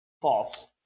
False